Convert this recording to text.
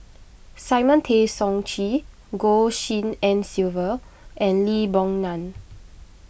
Simon Tay Seong Chee Goh Tshin En Sylvia and Lee Boon Ngan